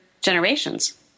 generations